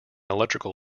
electrical